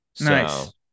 Nice